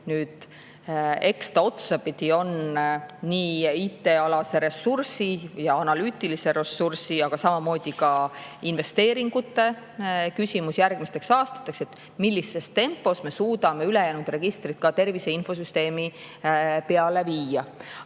Eks see otsapidi on nii IT-alase ressursi kui ka analüütilise ressursi, samamoodi investeeringute küsimus järgmisteks aastateks, millises tempos me suudame ülejäänud registrid ka tervise infosüsteemi viia.